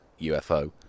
UFO